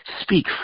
speak